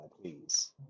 please